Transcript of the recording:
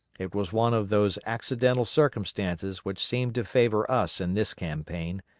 it was one of those accidental circumstances which seemed to favor us in this campaign,